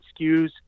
skews